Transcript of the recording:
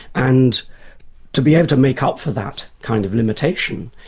and to be able to make up for that kind of limitation,